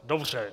Dobře.